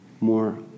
more